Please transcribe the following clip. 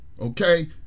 Okay